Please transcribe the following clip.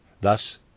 Thus